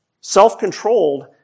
Self-controlled